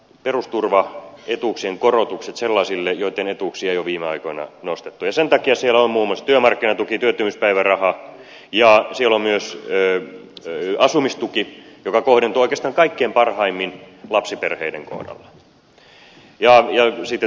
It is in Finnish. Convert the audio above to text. kohdentaa perusturvaetuuksien korotukset sellaisille joitten etuuksia ei ole viime aikoina nostettu ja sen takia siellä on muun muassa työmarkkinatuki työttömyyspäiväraha ja siellä on myös asumistuki joka kohdentuu oikeastaan kaikkein parhaimmin lapsiperheille ja sitten toimeentulotuki